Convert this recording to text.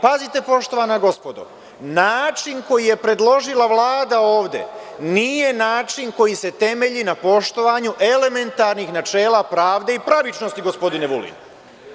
Pazite, poštovana gospodo, način koji je predložila Vlada ovde nije način koji se temelji na poštovanju elementarnih načela pravde i pravičnosti, gospodine Vulin.